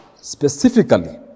specifically